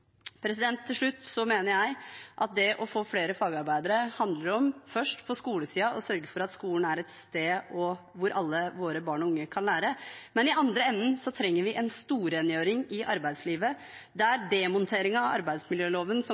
Til slutt: Jeg mener at det å få flere fagarbeidere handler om – først, på skolesiden – å sørge for at skolen er et sted hvor alle våre barn og unge kan være. Men i den andre enden trenger vi en storrengjøring i arbeidslivet der demonteringen av arbeidsmiljøloven som